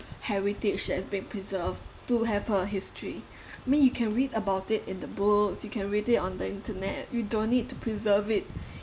heritage has been preserved to have her history mean you can read about it in the books you can read it on the internet you don't need to preserve it